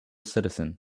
citizen